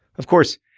of course,